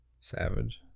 Savage